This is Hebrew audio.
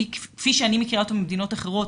בכיסאות לרכב,